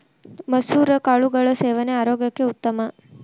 ಮಸುರ ಕಾಳುಗಳ ಸೇವನೆ ಆರೋಗ್ಯಕ್ಕೆ ಉತ್ತಮ